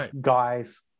guys